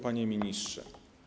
Panie Ministrze!